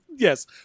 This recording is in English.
Yes